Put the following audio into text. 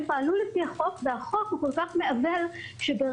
פעלו לפי החוק והחוק הוא כל כך מעוול שברגע